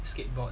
skateboard